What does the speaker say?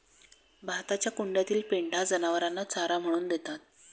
भाताच्या कुंड्यातील पेंढा जनावरांना चारा म्हणून देतात